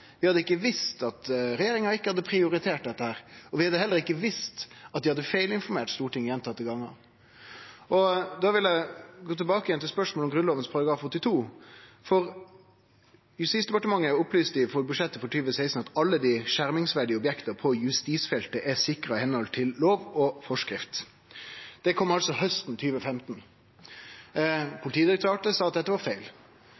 Vi hadde ikkje visst at vi ikkje var i mål, og ikkje visst at regjeringa ikkje har prioritert dette. Vi hadde heller ikkje visst at dei hadde feilinformert Stortinget gjentekne gonger. Eg vil gå tilbake til spørsmålet om Grunnlova § 82. Justisdepartementet opplyste for budsjettet for 2016 at alle dei skjermingsverdige objekta på justisfeltet var sikra i samsvar med lov og forskrift. Det kom hausten 2015. Politidirektoratet sa at dette var feil.